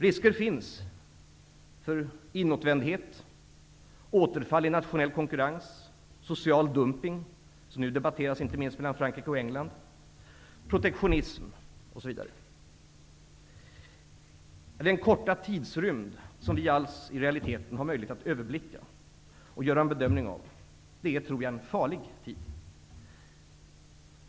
Risker finns för inåtvändhet, återfall i nationell konkurrens, social dumpning -- som nu debatteras inte minst mellan Frankrike och England --, protektionism osv. Den korta tidsrymd, som vi i realiteten har möjlighet att överblicka och att göra en bedömning av, tror jag är farlig.